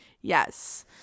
Yes